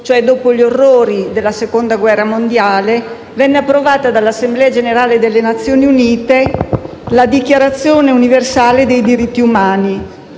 ossia dopo gli orrori della Seconda guerra mondiale, venne approvata dall'Assemblea generale delle Nazioni Unite la Dichiarazione universale dei diritti umani